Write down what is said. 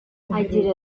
agira